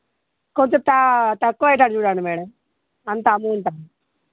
కొంచెం తా తక్కువ అయ్యేటట్టు చూడండి మేడం అంత అమౌంట్